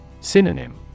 SYNONYM